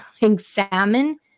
examine